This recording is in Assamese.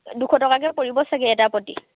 দুশ টকাকৈ পৰিব চাগৈ এটাৰ প্ৰতি